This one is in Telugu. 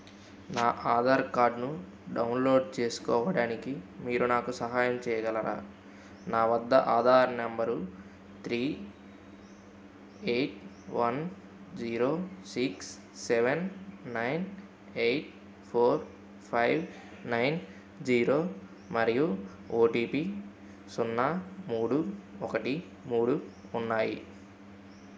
నా ఆధార్ కార్డ్ను డౌన్లోడ్ చేసుకోవడానికి మీరు నాకు సహాయం చేయగలరా నా వద్ద ఆధార్ నంబరు three eight one zero six seven nine eight four five nine zero మరియు ఓటీపీ సున్నా మూడు ఒకటి మూడు ఉన్నాయి